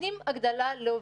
נותנים הגדלה לעובד.